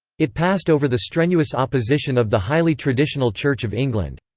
it passed over the strenuous opposition of the highly traditional church of england.